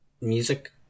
music